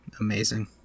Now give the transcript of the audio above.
amazing